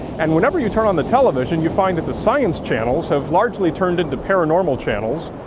and whenever you turn on the television, you find that the science channels have largely turned into paranormal channels,